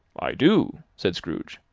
i do, said scrooge.